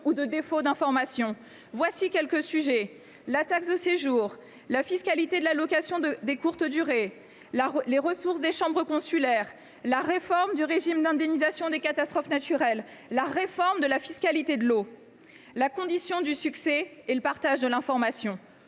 vous propose d’ores et déjà quelques sujets : la taxe de séjour, la fiscalité de la location de courte durée, les ressources des chambres consulaires, la réforme du régime d’indemnisation des catastrophes naturelles, la réforme de la fiscalité de l’eau. La condition du succès est le partage de l’information.